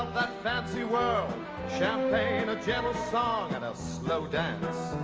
fancy world champagne, a gentle song and a slow dance